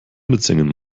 mitsingen